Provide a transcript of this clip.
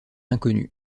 inconnue